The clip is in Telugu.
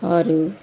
వారు